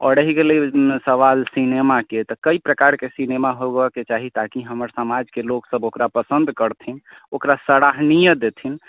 आओर रहि गेलै सवाल सिनेमाकेँ तऽ कइ प्रकारके सिनेमा होबऽके चाही आओर समाजकेँ लोक ओकरा पसन्द करथिन ओकरा सराहनीय देथिन